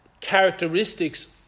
characteristics